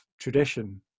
tradition